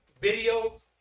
video